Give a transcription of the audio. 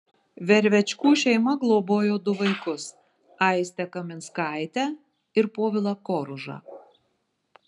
vervečkų šeima globojo du vaikus aistę kaminskaitę ir povilą koružą